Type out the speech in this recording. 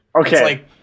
Okay